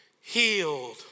healed